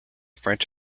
french